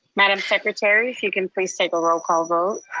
madam secretary, if you can please take a roll call vote.